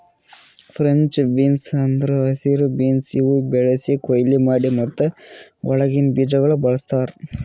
French beans ಅಂದುರ್ ಹಸಿರು beans ಇವು ಬೆಳಿಸಿ, ಕೊಯ್ಲಿ ಮಾಡಿ ಮತ್ತ ಒಳಗಿಂದ್ ಬೀಜಗೊಳ್ ಬಳ್ಸತಾರ್